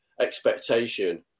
Expectation